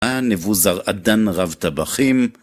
נבוזראדן רב טבחים